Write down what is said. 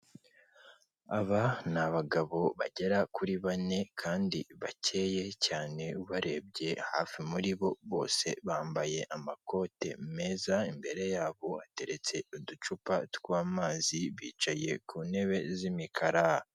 Aba ni abagabo bagera kuri bane kandi bakeya cyane, ubarebye hafi muri bo bose bambaye amakote meza, imbere yabo hateretse uducupa tw'amazi bicaye ku ntebe z'imikara.